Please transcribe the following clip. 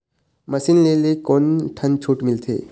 Machine ले ले कोन ठन छूट मिलथे?